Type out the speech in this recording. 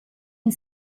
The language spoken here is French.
une